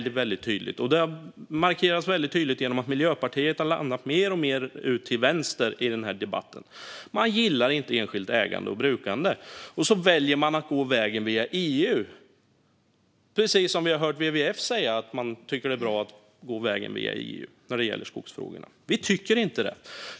Det har markerats väldigt tydligt genom att Miljöpartiet mer och mer har landat till vänster i den här debatten. Man gillar inte enskilt ägande och brukande, och därför väljer man att gå vägen via EU - precis som vi har hört WWF säga att man tycker att det är bra att gå vägen via EU när det gäller skogsfrågorna. Vi tycker inte det.